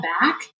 back